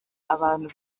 abantu